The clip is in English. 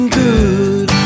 good